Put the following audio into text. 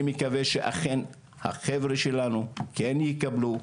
אני מקווה שאכן החבר'ה שלנו כן יקבלו,